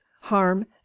harm